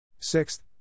Sixth